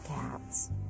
cats